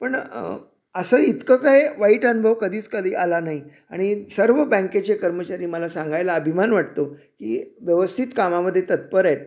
पण असं इतकं काय वाईट अनुभव कधीच कधी आला नाही आणि सर्व बँकेचे कर्मचारी मला सांगायला अभिमान वाटतो की व्यवस्थित कामामध्ये तत्पर आहेत